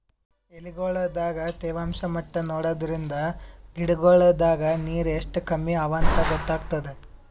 ಎಲಿಗೊಳ್ ದಾಗ ತೇವಾಂಷ್ ಮಟ್ಟಾ ನೋಡದ್ರಿನ್ದ ಗಿಡಗೋಳ್ ದಾಗ ನೀರ್ ಎಷ್ಟ್ ಕಮ್ಮಿ ಅವಾಂತ್ ಗೊತ್ತಾಗ್ತದ